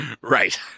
Right